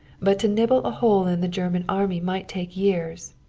but to nibble a hole in the germany army might take years.